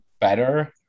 better